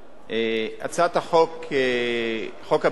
הצעת חוק הביטוח הלאומי,